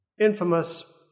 infamous